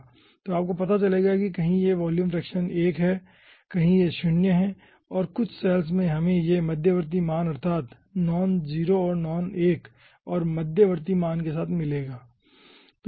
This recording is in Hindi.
तो आपको पता चलेगा कि कहीं यह वॉल्यूम फ्रैक्शन 1 है कहीं यह 0 है और कुछ सैल्स में हमें यह मध्यवर्ती मान अर्थात नॉन 0 और नॉन 1 और मध्यवर्ती मान के साथ मिलता है